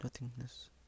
nothingness